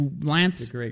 Lance